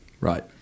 Right